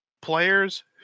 players